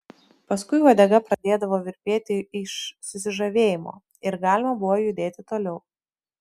paskui uodega pradėdavo virpėti iš susižavėjimo ir galima buvo judėti toliau